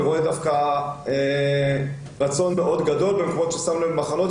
אני רואה דווקא רצון מאוד גדול במקומות ששמנו להם מחנות,